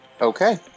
Okay